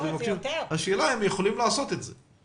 נשאלת השאלה עכשיו האם יכולים לעשות את זה.